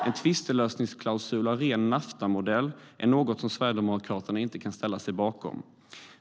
En tvistlösningsklausul av ren Naftamodell är något som Sverigedemokraterna inte kan ställa sig bakom.